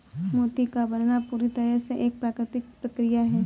मोती का बनना पूरी तरह से एक प्राकृतिक प्रकिया है